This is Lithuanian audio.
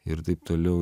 ir taip toliau